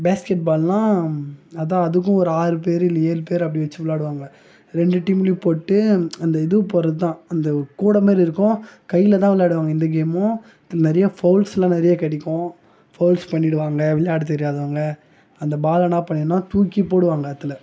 basket பால்னா அதுதான் அதுக்கும் ஒரு ஆறு பேர் இல்லை ஏழு பேர் அப்படி வச்சு விளையாடுவாங்க ரெண்டு டீம்லேயும் போட்டு அந்த இது போடுறது தான் அந்த கூட மாரி இருக்கும் கையில் தான் விளையாடுவாங்க இந்த கேம்மும் நிறைய ஃபவுல்ஸ்ல்லாம் நிறைய கிடைக்கும் ஃபவுல்ஸ் பண்ணிடுவாங்கள் விளையாட தெரியாதவங்க அந்த பாலை என்ன பண்ணிடணும் தூக்கி போடுவாங்கள் அதில்